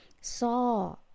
saw